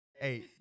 Hey